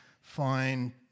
fine